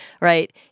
right